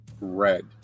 Red